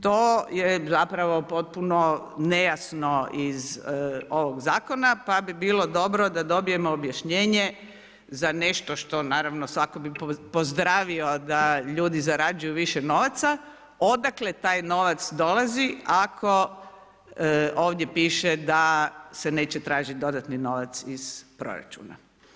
To je zapravo potpuno nejasno iz ovog zakona pa bi bilo dobro da dobijemo objašnjenje za nešto što naravno svako bi pozdravio da ljudi zarađuju više novaca, odakle taj novac dolazi ako ovdje piše da se neće tražiti dodatni novac iz proračuna.